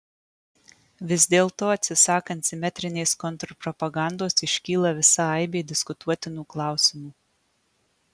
vis dėlto atsisakant simetrinės kontrpropagandos iškyla visa aibė diskutuotinų klausimų